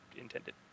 intended